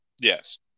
yes